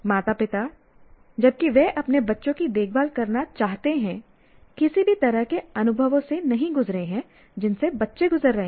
माता पिता जबकि वे अपने बच्चों की देखभाल करना चाहते हैं किसी भी तरह के अनुभवों से नहीं गुज़रे हैं जिनसे बच्चे गुज़र रहे हैं